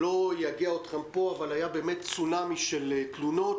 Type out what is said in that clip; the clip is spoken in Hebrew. לא אייגע אתכם פה אבל היה באמת צונמי של תלונות.